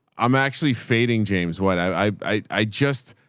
i'm actually fading. james, what? i, i, i just,